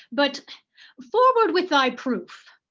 but forward with thy proof.